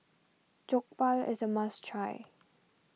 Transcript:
Jokbal is a must try